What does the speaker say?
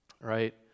right